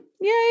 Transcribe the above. Yay